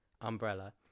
umbrella